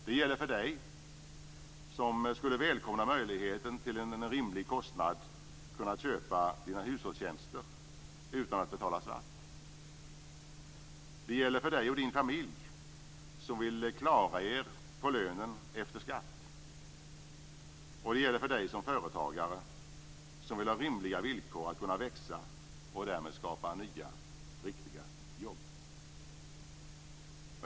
Det gäller för dig som skulle välkomna möjligheten att till en rimlig kostnad kunna köpa dina hushållstjänster utan att betala svart. Det gäller för dig och din familj som vill klara er på lönen efter skatt. Det gäller för dig som företagare, som vill ha rimliga villkor att kunna växa och därmed skapa nya, riktiga jobb.